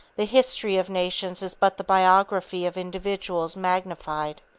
the history of nations is but the biography of individuals magnified,